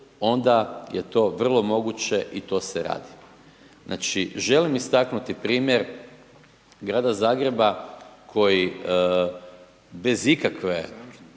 onda je to vrlo moguće i to se radi. Znači želim istaknuti primjer Grada Zagreba koji bez ikakve